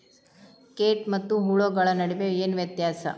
ಕೇಟ ಮತ್ತು ಹುಳುಗಳ ನಡುವೆ ಏನ್ ವ್ಯತ್ಯಾಸ?